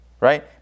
right